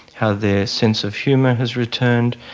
how their sense of humour has returned,